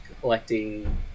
collecting